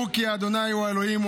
דעו כי ה' הוא אלוהים.